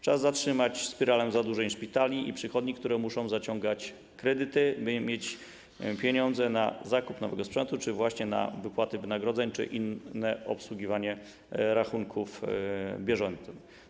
Czas zatrzymać spiralę zadłużeń szpitali i przychodni, które muszą zaciągać kredyty, by mieć pieniądze na zakup nowego sprzętu czy właśnie na wypłaty wynagrodzeń lub obsługiwanie rachunków bieżących.